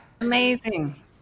Amazing